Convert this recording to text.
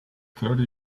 thirty